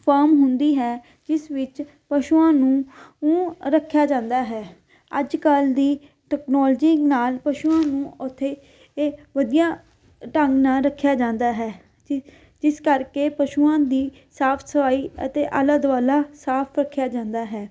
form ਹੁੰਦੀ ਹੈ ਜਿਸ ਵਿੱਚ ਪਸ਼ੂਆਂ ਨੂੰ ਨੂੰ ਰੱਖਿਆ ਜਾਂਦਾ ਹੈ ਅੱਜ ਕੱਲ੍ਹ ਦੀ ਟੈਕਨੋਲਜੀ ਨਾਲ ਪਸ਼ੂਆਂ ਨੂੰ ਉੱਥੇ ਇਹ ਵਧੀਆ ਢੰਗ ਨਾਲ ਰੱਖਿਆ ਜਾਂਦਾ ਹੈ ਜੀ ਜਿਸ ਕਰਕੇ ਪਸ਼ੂਆਂ ਦੀ ਸਾਫ ਸਫਾਈ ਅਤੇ ਆਲਾ ਦੁਆਲਾ ਸਾਫ ਰੱਖਿਆ ਜਾਂਦਾ ਹੈ